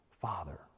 father